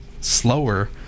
slower